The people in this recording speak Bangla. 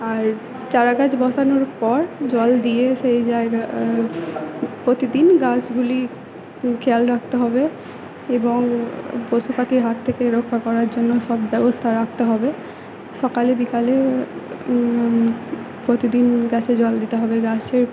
আর চারা গাছ বসানোর পর জল দিয়ে সেই জায়গা প্রতিদিন গাছগুলি খেয়াল রাখতে হবে এবং পশু পাখির হাত থেকে রক্ষা করার জন্য সব ব্যবস্থা রাখতে হবে সকালে বিকালে প্রতিদিন গাছে জল দিতে হবে গাছের